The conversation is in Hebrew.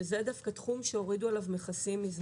שזה דווקא תחום שהורידו עליו מזמן מכסים.